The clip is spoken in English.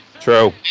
True